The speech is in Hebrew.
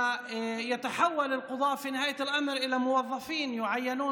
בסופו של דבר השופטים יהפכו לפקידים